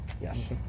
Yes